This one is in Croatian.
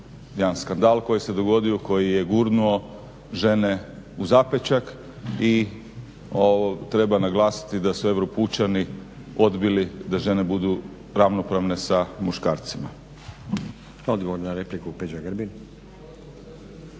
Jedan skandal koji se dogodio, koji je gurnuo žene u zapećak i treba naglasiti da su euro pučani odbili da žene budu ravnopravne sa muškarcima.